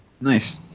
Nice